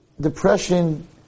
depression